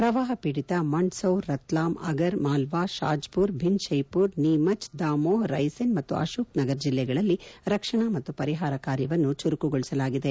ಪ್ರವಾಹ ಪೀಡಿತ ಮಂಡ್ಸೌರ್ ರತ್ಲಾಮ್ ಅಗರ್ ಮಾಲ್ಲಾ ಶಾಜಪುರ್ ಭಿಂದ್ ಶೆಯಪೂರ್ ನೀಮಚ್ ದಾಮೊಹ್ ರೈಸೆನ್ ಮತ್ತು ಅಶೋಕ್ ನಗರ ಜಿಲ್ಲೆಗಳಲ್ಲಿ ರಕ್ಷಣಾ ಮತ್ತು ಪರಿಹಾರ ಕಾರ್ಯವನ್ನು ಚುರುಕುಗೊಳಿಸಲಾಗಿದೆ